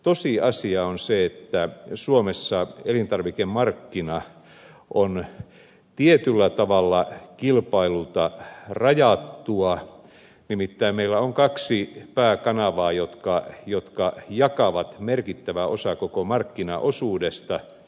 tosiasia on se että suomessa elintarvikemarkkina on tietyllä tavalla kilpailulta rajattua nimittäin meillä on kaksi pääkanavaa jotka jakavat merkittävän osan koko markkinaosuudesta